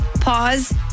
Pause